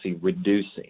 reducing